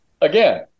again